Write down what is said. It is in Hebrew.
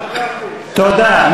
תודה.